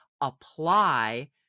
apply